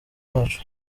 bacu